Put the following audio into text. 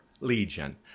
Legion